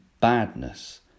badness